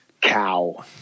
cow